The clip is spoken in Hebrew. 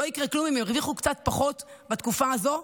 לא יקרה כלום אם הן ירוויחו קצת פחות בתקופה הזאת,